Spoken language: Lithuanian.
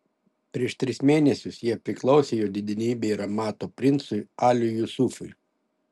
prieš tris mėnesius jie priklausė jo didenybei ramato princui aliui jusufui